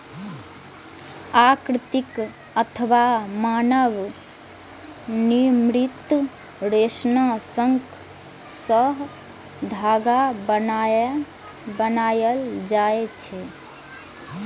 प्राकृतिक अथवा मानव निर्मित रेशा सं धागा बनायल जाए छै